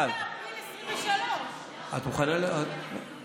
אמרת אפריל 2023. את מוכנה להקשיב?